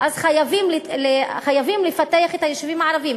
אז חייבים לפתח את היישובים הערביים.